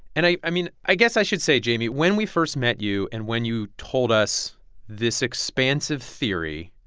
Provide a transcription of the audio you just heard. and, i i mean, i guess i should say, jayme, when we first met you and when you told us this expansive theory,